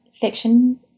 fiction